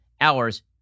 hours